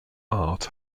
art